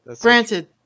granted